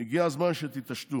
הגיע הזמן שתתעשתו.